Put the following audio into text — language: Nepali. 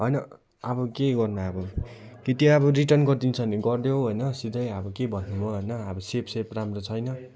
होइन अब के गर्नु अब कि त्यो अब रिर्टन गरिदिन्छ भने गरिदेऊ होइन सिधै अब के भन्नु म होइन अब सेप सेप राम्रो छैन